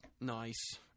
nice